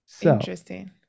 Interesting